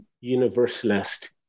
universalist